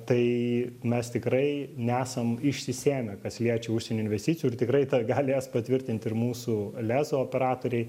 tai mes tikrai nesam išsisėmę kas liečia užsienio investicijų ir tikrai tai galės patvirtinti ir mūsų lezo operatoriai